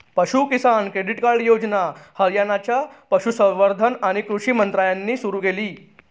पशु किसान credit card योजना हरियाणाच्या पशुसंवर्धन आणि कृषी मंत्र्यांनी सुरू केली